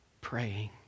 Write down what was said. praying